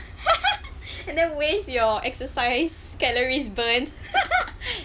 and then waste your exercise calories burned